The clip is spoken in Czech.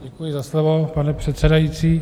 Děkuji za slovo, pane předsedající.